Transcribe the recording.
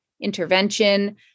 Intervention